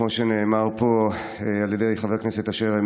כמו שנאמר פה על ידי חבר הכנסת אשר,